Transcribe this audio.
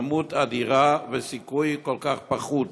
כמות אדירה וסיכוי כל כך נמוך.